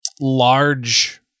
large